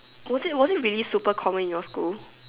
was it was it really super common in your school